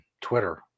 Twitter